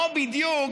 לא בדיוק,